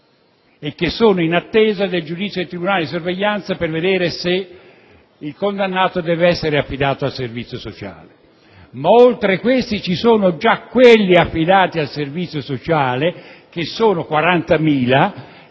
e che sono in attesa del giudizio del tribunale di sorveglianza per vedere se il condannato deve essere affidato al servizio sociale. Ma oltre a questi, ci sono quelli già affidati al servizio sociale (circa 40.000),